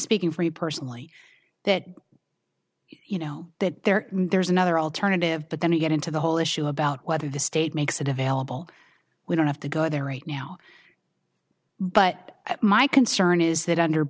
speaking for you personally that you know that there there's another alternative but then you get into the whole issue about whether the state makes a to fail we don't have to go there right now but my concern is that under